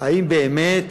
האם באמת